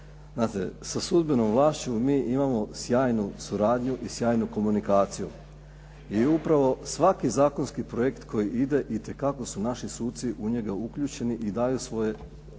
sa sudbenom vlašću mi imamo sjajnu suradnju i sjajnu komunikaciju i upravo svaki zakonski projekt koji ide itekako su naši suci u njega uključeni i daju svoje